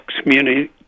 community